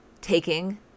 taking